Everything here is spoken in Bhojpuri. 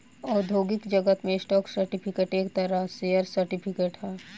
औद्योगिक जगत में स्टॉक सर्टिफिकेट एक तरह शेयर सर्टिफिकेट ह